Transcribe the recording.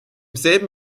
selben